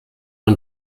und